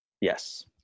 Yes